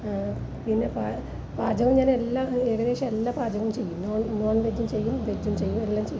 പിന്നെ പാ പാചകം ഞാൻ എല്ലാം ഏകദേശം എല്ലാം പാചകവും ചെയ്യും നോൺ വെജ് ചെയ്യും വെജും ചെയ്യും എല്ലാം ചെയ്യും